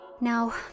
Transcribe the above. Now